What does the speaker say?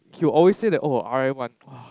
he'll always say that oh r_i one !wah!